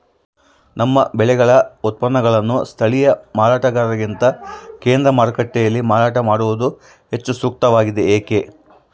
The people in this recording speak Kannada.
ನಮ್ಮ ಬೆಳೆಗಳ ಉತ್ಪನ್ನಗಳನ್ನು ಸ್ಥಳೇಯ ಮಾರಾಟಗಾರರಿಗಿಂತ ಕೇಂದ್ರ ಮಾರುಕಟ್ಟೆಯಲ್ಲಿ ಮಾರಾಟ ಮಾಡುವುದು ಹೆಚ್ಚು ಸೂಕ್ತವಾಗಿದೆ, ಏಕೆ?